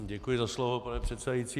Děkuji za slovo, pane předsedající.